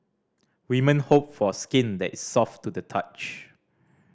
women hope for skin that is soft to the touch